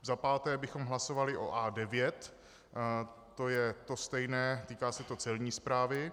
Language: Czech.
Za páté bychom hlasovali o A9, to je to stejné, týká se to Celní správy.